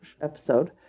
episode